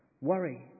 Worry